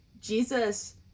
Jesus